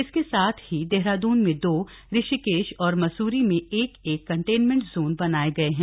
इसके साथ ही देहरादून में दो ऋषिकेश और मसूरी में एक एक कंटेनमेंट जोन बनाये गए हैं